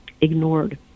ignored